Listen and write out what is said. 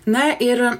na ir